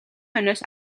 хойноос